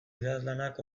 idazlanak